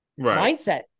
mindset